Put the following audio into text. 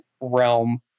realm